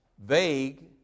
vague